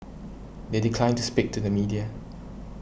they declined to speak to the media